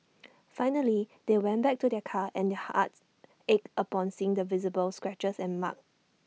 finally they went back to their car and their hearts ached upon seeing the visible scratches and marks